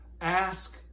ask